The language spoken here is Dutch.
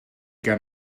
ken